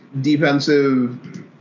defensive